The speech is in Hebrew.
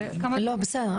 לא, זה בסדר.